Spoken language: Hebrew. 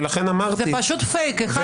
זה פשוט פייק אחד גדול.